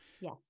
Yes